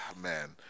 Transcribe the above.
man